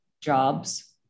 jobs